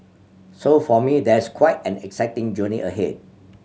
so for me there's quite an exciting journey ahead